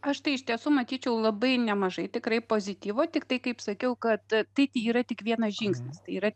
aš tai iš tiesų matyčiau labai nemažai tikrai pozityvo tiktai kaip sakiau kad tai yra tik vienas žingsnis tai yra